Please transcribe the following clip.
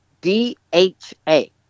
D-H-A